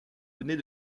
venez